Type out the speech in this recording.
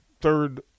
third